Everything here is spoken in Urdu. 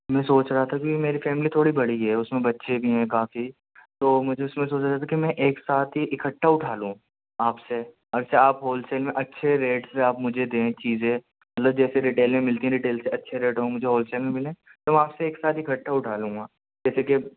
میں سوچ رہا تھا کہ میری فیملی تھوڑی بڑی ہے اس میں بچے بھی ہیں کافی تو مجھے اس میں سوچ رہے تھے کہ میں ایک ساتھ ہی اکٹھا اٹھا لوں آپ سے اچھا آپ ہول سیل میں اچھے ریٹ سے آپ مجھے دیں چیزیں مطلب جیسے ریٹیل میں ملتی ہیں ریٹیل سے اچھے ریٹوں میں مجھے ہول سیل میں ملیں تو آپ سے ایک ساتھ اکٹھے اٹھا لوں گا جیسے کہ